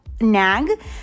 nag